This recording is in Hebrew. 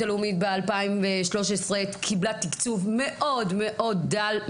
הלאומית ב-2013 קיבלה תקצוב מאוד מאוד דל,